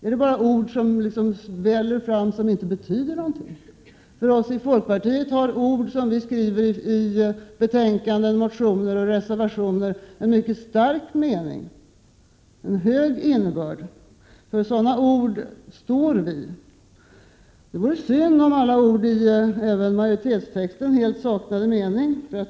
Är det bara ord som liksom väller fram och som inte betyder någonting? För oss i folkpartiet har ord som vi skriver i betänkanden, motioner och reservationer en mycket stark mening, och för dem står vi. Det vore synd om alla ord i majoritetstexten helt saknade mening.